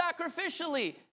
sacrificially